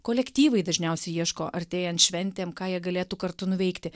kolektyvai dažniausiai ieško artėjant šventėm ką jie galėtų kartu nuveikti